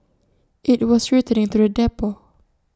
IT was returning to the depot